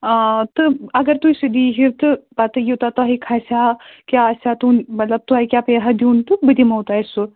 آ تہٕ اگر تُہۍ سُہ دِیٖہو تہٕ پَتہٕ یوٗتاہ تۄہہِ کھَسہِ ہا کیٛاہ آسہِ ہا تُہُنٛد مطلب تۄہہِ کیٛاہ پیٚیہِ ہا دیُن تہٕ بہٕ دِمہو تۄہہِ سُہ